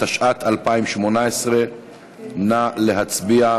התשע"ט 2018. נא להצביע.